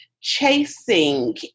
chasing